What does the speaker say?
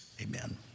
Amen